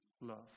love